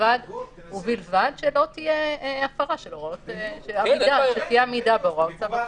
ובלבד שתהיה עמידה בהוראות צו הבריאות.